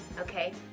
okay